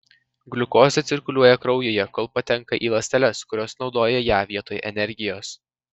gliukozė cirkuliuoja kraujyje kol patenka į ląsteles kurios naudoja ją vietoj energijos